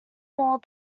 more